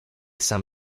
san